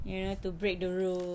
you know have to break the rules